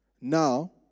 Now